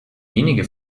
wenige